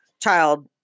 child